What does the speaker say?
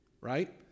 right